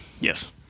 yes